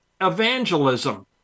evangelism